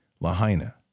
Lahaina